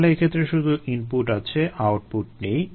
তাহলে এক্ষেত্রে শুধু ইনপুট আছে আউটপুট নেই